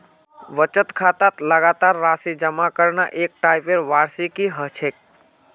बचत खातात लगातार राशि जमा करना एक टाइपेर वार्षिकी ह छेक